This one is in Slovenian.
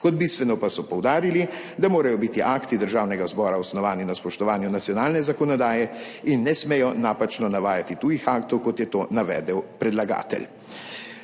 kot bistveno pa so poudarili, da morajo biti akti Državnega zbora osnovani na spoštovanju nacionalne zakonodaje in ne smejo napačno navajati tujih aktov, kot je to navedel predlagatelj.